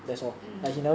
mm